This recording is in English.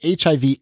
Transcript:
HIV